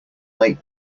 late